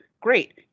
Great